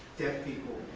deaf people.